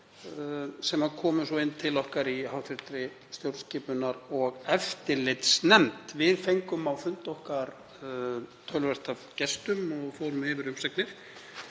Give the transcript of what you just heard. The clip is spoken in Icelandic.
og barst svo til okkar í hv. stjórnskipunar- og eftirlitsnefnd. Við fengum á fund okkar töluvert af gestum og fórum yfir umsagnir.